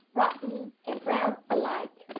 rotten and brown alike,